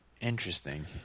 Interesting